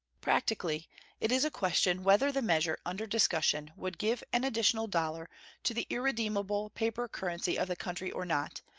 practically it is a question whether the measure under discussion would give an additional dollar to the irredeemable paper currency of the country or not,